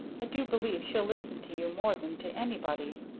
i do believe she'll listen to you more than to anybody.